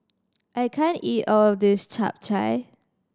I can't eat all of this Chap Chai